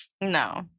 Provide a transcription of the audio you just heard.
No